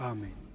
Amen